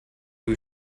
who